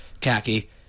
khaki